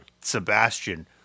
Sebastian